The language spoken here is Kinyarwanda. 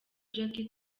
jackie